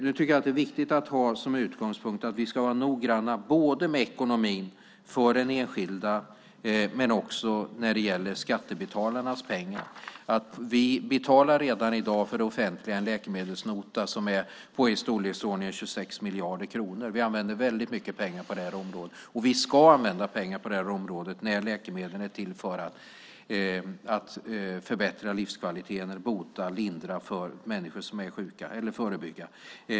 Nu tycker jag att det är viktigt att ha som utgångspunkt att vi ska vara noggranna med ekonomin för den enskilda men också när det gäller skattebetalarnas pengar. Vi betalar redan i dag, för det offentliga, en läkemedelsnota som är på i storleksordningen 26 miljarder kronor. Vi använder väldigt mycket pengar på det här området, och vi ska använda pengar på det här området när läkemedlen är till för att förbättra livskvaliteten eller för att förebygga eller för att bota och lindra för människor som är sjuka.